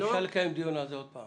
אנחנו צריכים לקיים דיון שוב בנושא.